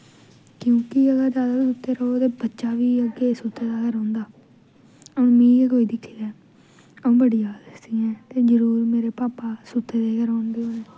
क्योंकि अगर ज्यादा सुत्ते रौह्गे ते बच्चा बी अग्गें सुत्ते दा गै रौंह्दा हून मिगी गै कोई दिक्खी लै अ'ऊं बड़ी आलसी ऐं ते जरूर मेरे भापा सुत्ते दे गै रौंह्दे होने